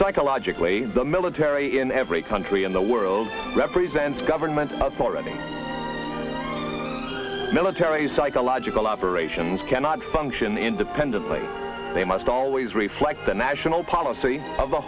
psychologically the military in every country in the world represents government or any military psychological operations cannot function independently they must always reflect the national policy